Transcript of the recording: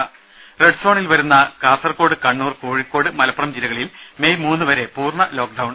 ത റെഡ്സോണിൽ വരുന്ന കാസർകോട് കണ്ണൂർ കോഴിക്കോട് മലപ്പുറം ജില്ലകളിൽ മെയ് മൂന്ന് വരെ പൂർണ്ണ ലോക്ഡൌൺ